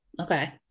Okay